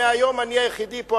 מהיום אני היחידי פה,